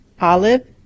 OLIVE